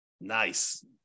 Nice